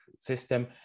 system